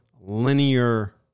linear